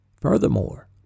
Furthermore